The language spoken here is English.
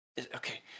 okay